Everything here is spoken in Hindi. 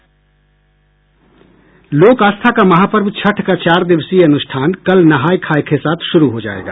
लोक आस्था का महापर्व छठ का चार दिवसीय अनुष्ठान कल नहाय खाय के साथ शुरू हो जायेगा